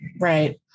Right